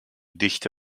dichte